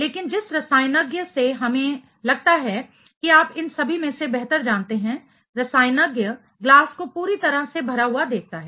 लेकिन जिस रसायनज्ञ से हमें लगता है कि आप इन सभी में से बेहतर जानते हैं रसायनज्ञ ग्लास को पूरी तरह से भरा हुआ देखता है